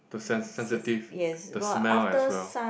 the sen~ sensitive the smell as well